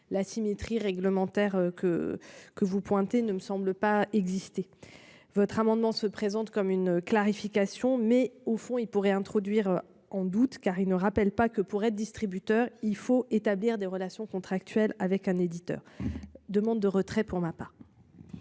l'asymétrie réglementaire que que vous pointez ne me semble pas exister votre amendement se présente comme une clarification mais au fond il pourrait introduire en doute car il ne rappelle pas que pour être distributeur il faut établir des relations contractuelles avec un éditeur. Demande de retrait pour ma part.